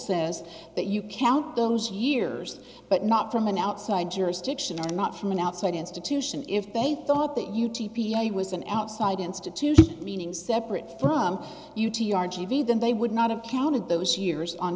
says that you count those years but not from an outside jurisdiction and not from an outside institution if they thought that you t p a was an outside institution meaning separate from you to your g v then they would not have counted those years on